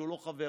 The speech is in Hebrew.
שהוא לא חבר